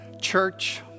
Church